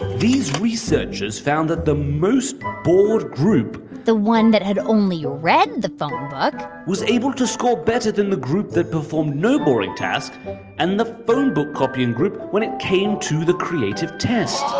these researchers found that the most bored group. the one that had only read the phonebook. was able to score better than the group that performed no boring task and the phonebook copying group when it came to the creative test